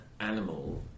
animal